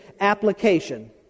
application